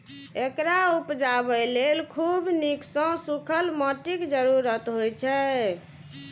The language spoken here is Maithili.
एकरा उपजाबय लेल खूब नीक सं सूखल माटिक जरूरत होइ छै